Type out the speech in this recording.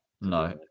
No